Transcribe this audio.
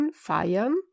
feiern